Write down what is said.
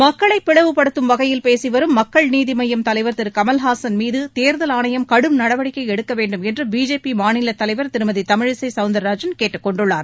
மக்களைப் பிளவுப்படுத்தும் வகையில் பேசிவரும் மக்கள் நீதி மய்ய தலைவர் திரு கமலஹாசன் மீது தேர்தல் ஆணையம் கடும் நடவடிக்கை எடுக்க வேண்டும் என்று பிஜேபி மாநிலத் தலைவா் திருமதி தமிழிசை சவுந்திரராஜன் கேட்டுக்கொண்டுள்ளார்